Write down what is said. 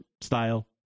style